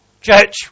church